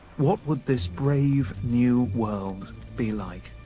what would this brave new world be like?